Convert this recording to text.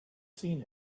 seen